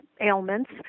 ailments